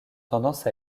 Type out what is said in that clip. tendance